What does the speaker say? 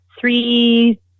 three